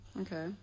Okay